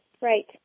Right